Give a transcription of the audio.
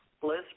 Bliss